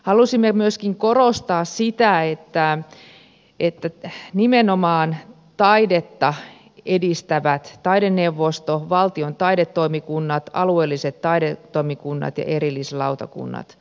halusimme myöskin korostaa sitä että nimenomaan taidetta edistävät taideneuvosto valtion taidetoimikunnat alueelliset taidetoimikunnat ja erillislautakunnat